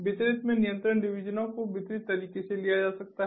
वितरित में नियंत्रण डिवीजनों को वितरित तरीके से लिया जा सकता है